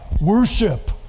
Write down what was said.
worship